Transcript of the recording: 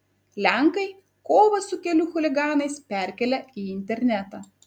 lenkai kovą su kelių chuliganais perkelia į internetą